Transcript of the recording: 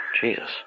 Jesus